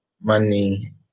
money